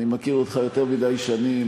אני מכיר אותך יותר מדי שנים,